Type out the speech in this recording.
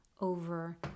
over